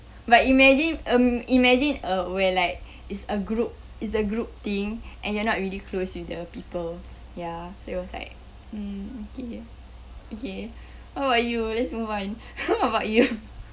but imagine um imagine uh we're like it's a group it's a group thing and you're not really close with the people ya so it was like um okay okay how are you let's move on what about you